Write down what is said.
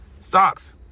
Stocks